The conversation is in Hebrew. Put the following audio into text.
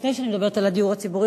לפני שאני מדברת על הדיור הציבורי,